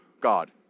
God